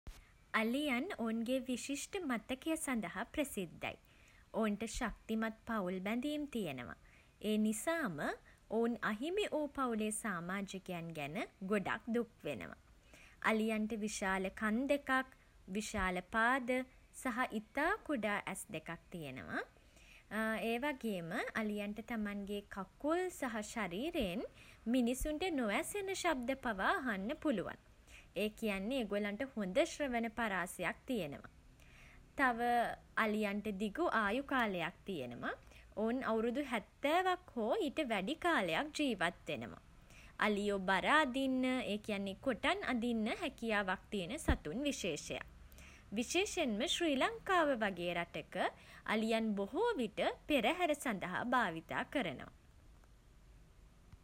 අලියන් ඔවුන්ගේ විශිෂ්ට මතකය සඳහා ප්‍රසිද්ධයි. ඔවුන්ට ශක්තිමත් පවුල් බැඳීම් තියෙනවා. ඒ නිසාම ඔවුන් අහිමි වූ පවුලේ සාමාජිකයන් ගැන ගොඩක් දුක් වෙනවා. අලියන්ට විශාල කන් දෙකක් විශාල පාද සහ ඉතා කුඩා ඇස් දෙකක් තියෙනවා. ඒ වගේම අලියන්ට තමන්ගේ කකුල් සහ ශරීරයෙන් මිනිසුන්ට නොඇසෙන ශබ්ද පවා අහන්න පුළුවන්. ඒ කියන්නේ ඒගොල්ලන්ට හොඳ ශ්‍රවණ පරාසයක් තියෙනවා. තව අලියන්ට දිගු ආයු කාලයක් තියෙනවා. ඔවුන් අවුරුදු 70ක් හෝ ඊට වැඩි කාලයක් ජීවත් වෙනවා. අලියෝ බර අදින්න ඒ කියන්නේ කොටන් අදින්න හැකියාවක් තියෙන සතුන් විශේෂයක්. විශේෂයෙන්ම ශ්‍රී ලංකාව වගේ රටක අලියන් බොහෝ විට පෙරහැර සඳහා භාවිතා කරනවා.